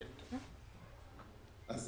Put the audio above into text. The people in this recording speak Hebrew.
יש